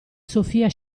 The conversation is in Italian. sofia